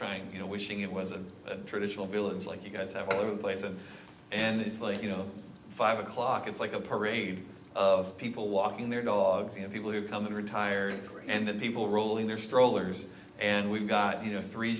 trying you know wishing it was a traditional village like you guys have a place and and it's like you know five o'clock it's like a parade of people walking their dogs you know people who come and retire and then people roll in their strollers and we've got